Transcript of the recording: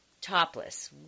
topless